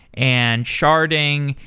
and sharding,